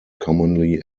commonly